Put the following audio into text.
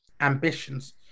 ambitions